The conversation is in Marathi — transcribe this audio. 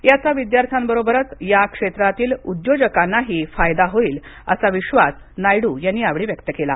याचा विद्यार्थ्यांबरोबरच या क्षेत्रातील उद्योजकांनाही फायदा होईल असा विश्वास ही नायडू यांनी व्यक्त केला